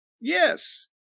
Yes